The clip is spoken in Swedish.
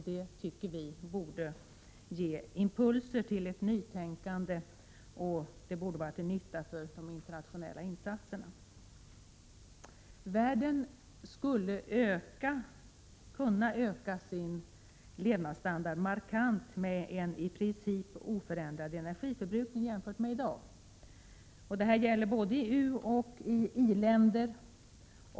Detta anser vi borde ge impulser till ett nytänkande och vara till nytta för de internationella insatserna. Levnadsstandarden i världen skulle kunna ökas markant med en i princip oförändrad energiförbrukning. Detta gäller både ioch u-länder.